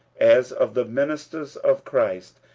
as of the ministers of christ,